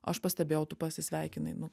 aš pastebėjau tu pasisveikinai nu